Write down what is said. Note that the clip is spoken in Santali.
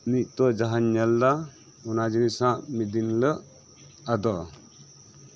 ᱱᱤᱛᱳᱜ ᱡᱟᱦᱟᱸᱧ ᱧᱮᱞ ᱫᱟ ᱚᱱᱟ ᱡᱤᱱᱤᱥ ᱦᱟᱸᱜ ᱢᱤᱜᱫᱤᱱ ᱦᱤᱞᱳᱜ ᱟᱫᱚᱜᱼᱟ